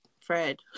Fred